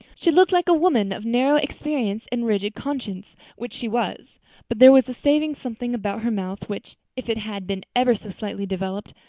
she looked like a woman of narrow experience and rigid conscience, which she was but there was a saving something about her mouth which, if it had been ever so slightly developed,